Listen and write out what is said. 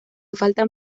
faltan